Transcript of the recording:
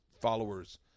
followers